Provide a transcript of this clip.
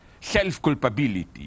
self-culpability